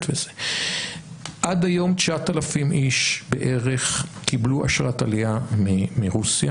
עד היום 9,000 איש בערך קיבלו אשרת עלייה מרוסיה,